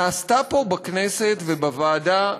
נעשתה פה, בכנסת, ובוועדה,